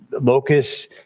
locust